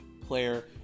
player